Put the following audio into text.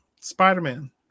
Spider-Man